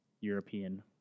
european